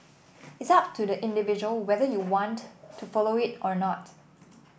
it's up to the individual whether you want to follow it or not